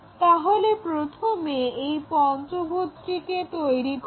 তাহলে প্রথমে এই পঞ্চভুজটিকে তৈরি করো